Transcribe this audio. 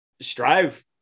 strive